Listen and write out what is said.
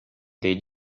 they